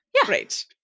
Great